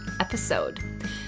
episode